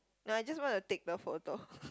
no I just want to take the photo